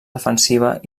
defensiva